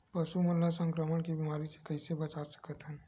पशु मन ला संक्रमण के बीमारी से कइसे बचा सकथन?